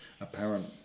apparent